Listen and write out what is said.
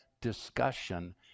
discussion